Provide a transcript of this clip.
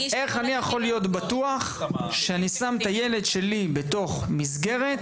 איך אני יכול להיות בטוח שאני שם את הילד שלי בתוך מסגרת,